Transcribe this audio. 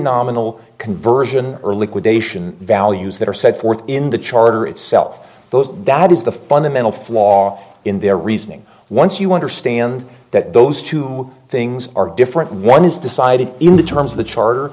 nominal conversion or liquidation values that are set forth in the charter itself those that is the fundamental flaw in their reasoning once you understand that those two things are different one is decided in the terms of the chart